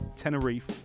Tenerife